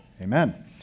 Amen